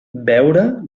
beure